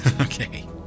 okay